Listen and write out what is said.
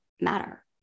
matter